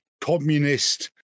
communist